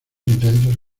intentos